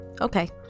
Okay